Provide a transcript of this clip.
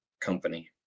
company